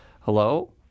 Hello